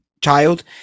child